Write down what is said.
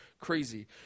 crazy